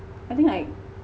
I think like